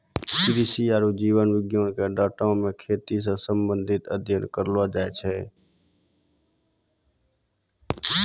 कृषि आरु जीव विज्ञान के डाटा मे खेती से संबंधित अध्ययन करलो जाय छै